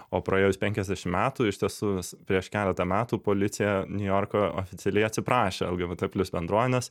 o praėjus penkiasdešim metų iš tiesų prieš keletą metų policija niujorko oficialiai atsiprašė lgbt plius bendruomenės